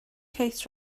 kate